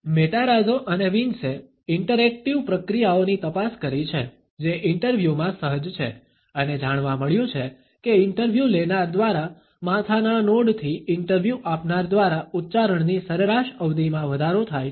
Matarazzo અને વિન્સે interactive પ્રક્રિયાઓની તપાસ કરી છે જે ઇન્ટરવ્યૂ માં સહજ છે અને જાણવા મળ્યું છે કે ઇન્ટરવ્યુ લેનાર દ્વારા માથાના નોડથી ઇન્ટરવ્યુ આપનાર દ્વારા ઉચ્ચારણની સરેરાશ અવધિમાં વધારો થાય છે